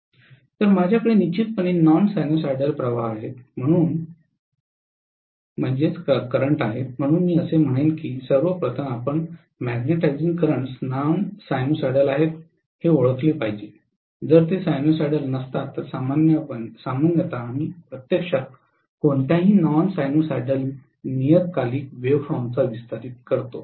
तर माझ्याकडे निश्चितपणे नॉन साइनसॉइडल प्रवाह आहेत म्हणून मी असे म्हणेन की सर्वप्रथम आपण मॅग्नेटिझिंग करंट्स नॉन सायनुसायडल आहेत हे ओळखले पाहिजे जर ते सायनुसायडल नसतात तर सामान्यत आम्ही प्रत्यक्षात कोणत्याही नॉन सायनुसायडियल नियतकालिक वेव्हफॉर्मचा विस्तार करतो